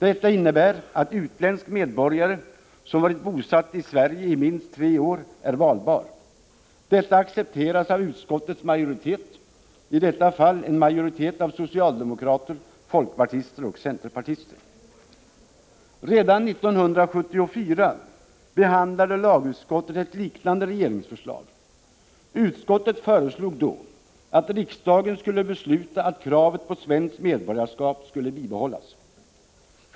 Detta innebär att utländsk medborgare, som varit bosatt i Sverige i minst 3 år, är valbar. Detta accepteras av utskottets majoritet, i detta fall en majoritet av socialdemokrater, folkpartister och centerpartister. Redan 1974 behandlade lagutskottet ett liknande regeringsförslag. Utskottet föreslog då att riksdagen skulle besluta att kravet på svenskt medborgarskap skulle bibehållas.